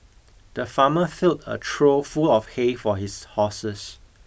the farmer filled a trough full of hay for his horses